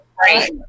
Right